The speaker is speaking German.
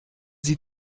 sie